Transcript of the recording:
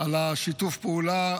על השיתוף פעולה,